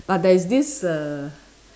but there is this err